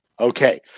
Okay